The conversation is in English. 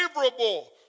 favorable